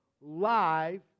live